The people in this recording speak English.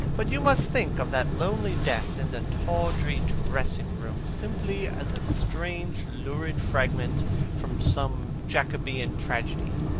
but you must think of that lonely death in the tawdry dressing-room simply as a strange lurid fragment from some jacobean tragedy,